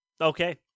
Okay